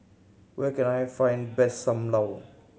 where can I find best Sam Lau